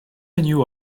renew